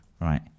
right